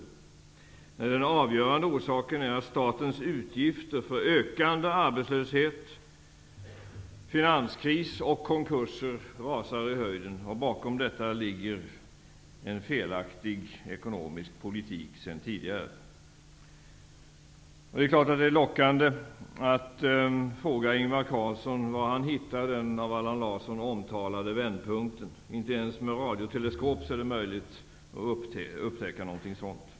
Nej, den avgörande orsaken är att statens utgifter för ökande arbetslöshet, finanskris och konkurser rusar i höjden. Bakom detta ligger en sedan tidigare felaktig ekonomisk politik. Det är klart att det är lockande att fråga Ingvar Carlsson var han hittade den av Allan Larsson omtalade vändpunkten. Inte ens med radioteleskop är det möjligt att upptäcka någon sådan.